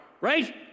right